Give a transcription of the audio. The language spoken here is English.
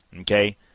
okay